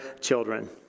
children